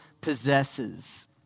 possesses